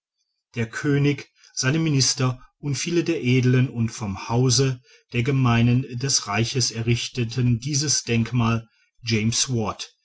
der könig seine minister und viele der edlen und vom hause der gemeinen des reiches errichteten dieses denkmal james watt